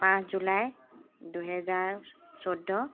পাঁচ জুলাই দুহেজাৰ চৈধ্য